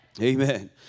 Amen